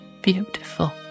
beautiful